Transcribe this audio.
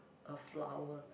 a flower